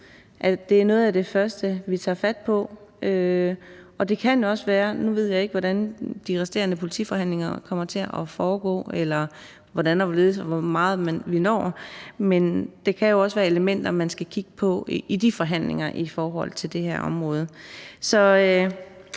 eller hvor meget vi når, men der kan jo også være elementer, man skal kigge på i de forhandlinger i forhold til det her område.